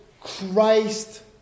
Christ